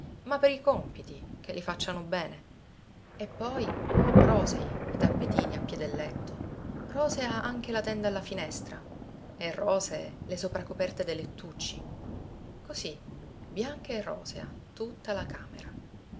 ma per le le o a e poi rosei i tappetini a piè del letto rosea anche la tenda alla finestra e rosee le sopracoperte dei lettucci così bianca e rosea tutta la camera